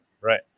right